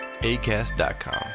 ACAST.com